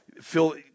Phil